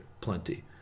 plenty